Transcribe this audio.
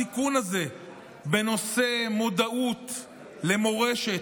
התיקון הזה בנושא מודעות למורשת,